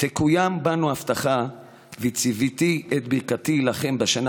תקוים בנו ההבטחה "וצִויתי את ברכתי לכם בשנה